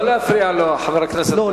לא להפריע לו, חבר הכנסת גפני.